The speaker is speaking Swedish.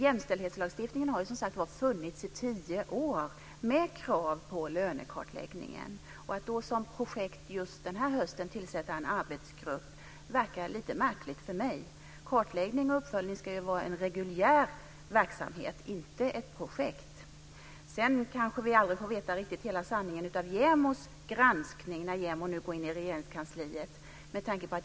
Jämställdhetslagstiftningen har funnits i tio år med ett krav på lönekartläggning. Det verkar då lite märkligt för mig att tillsätta en arbetsgrupp i ett projekt just denna höst. Kartläggning och uppföljning ska vara en reguljär verksamhet, inte ett projekt. Sedan får vi kanske inte veta hela sanningen om JämO:s granskning när JämO ser över Regeringskansliet.